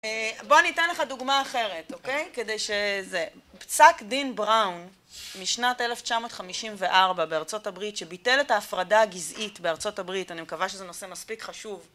בוא אני אתן לך דוגמא אחרת, אוקיי? כדי שזה, פסק דין בראון משנת 1954 בארה״ב שביטל את ההפרדה הגזעית בארה״ב, אני מקווה שזה נושא מספיק חשוב.